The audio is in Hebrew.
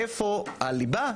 איפה הליבה,